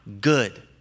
good